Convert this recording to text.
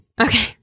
Okay